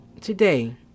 today